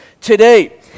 today